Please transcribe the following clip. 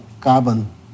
carbon